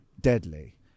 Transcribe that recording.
deadly